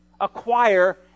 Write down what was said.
acquire